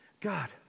God